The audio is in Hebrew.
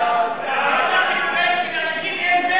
זה מה שקורה כשלאנשים אין,